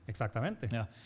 Exactamente